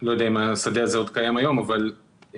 לא יודע אם השדה הזה עוד קיים היום אבל בהחלט